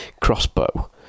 crossbow